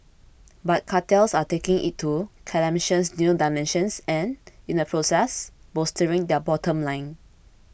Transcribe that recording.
but cartels are taking it to calamitous new dimensions and in the process bolstering their bottom line